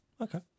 Okay